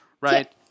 right